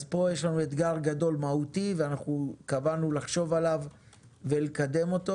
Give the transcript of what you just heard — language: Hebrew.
פה יש לנו אתגר גדול ומהותי ואנחנו קבענו לחשוב עליו ולקדם אותו.